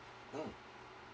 mm